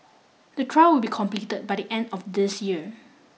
the trial will be complete by the end of this year